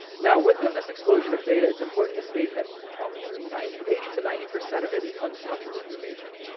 now within this explosion of data, it's important to state that approximately ninety, eighty to ninety percent of it is unstructured information.